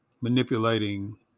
manipulating